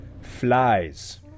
Flies